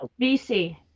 BC